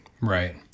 Right